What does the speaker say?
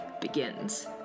begins